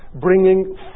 bringing